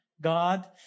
God